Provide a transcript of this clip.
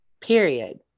period